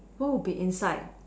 what would be inside